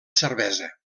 cervesa